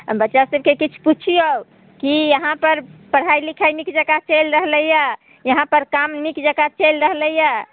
बच्चा सबके किछु पुछिऔ कि यहाँपर पढ़ाइ लिखाइ नीक जकाँ चलि रहलै हइ यहाँपर काम नीक जकाँ चलि रहलै हइ